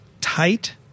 tight